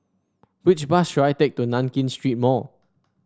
which bus should I take to Nankin Street Mall